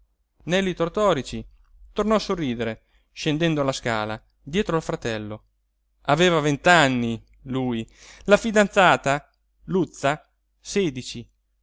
neli tortorici tornò a sorridere scendendo la scala dietro al fratello aveva vent'anni lui la fidanzata luzza sedici